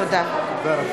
תודה.